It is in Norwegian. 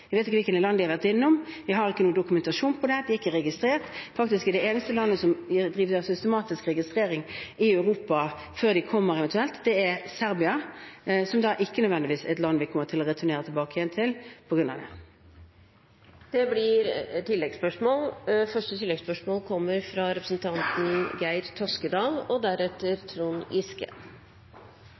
har vært innom. Vi har ikke noen dokumentasjon på det. De er ikke registrert. Faktisk er Serbia det eneste landet i Europa som driver systematisk registrering før de eventuelt kommer hit, og det er ikke nødvendigvis et land vi kommer til å returnere flyktninger tilbake til på grunn av det. Det blir oppfølgingsspørsmål – først Geir S. Toskedal. Kristelig Folkeparti har bidratt til en ny og